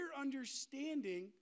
understanding